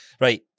right